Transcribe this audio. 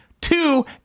Two